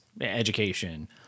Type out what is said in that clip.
education